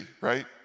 right